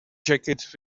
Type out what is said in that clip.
jacket